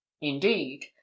Indeed